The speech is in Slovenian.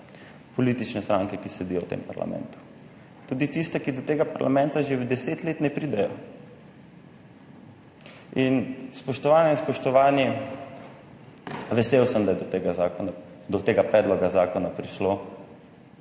politične stranke, ki sedijo v tem parlamentu, tudi tiste, ki do tega parlamenta že deset let ne pridejo. In spoštovane in spoštovani, vesel sem, da je do tega predloga zakona prišlo.